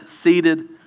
seated